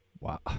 wow